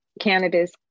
cannabis